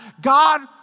God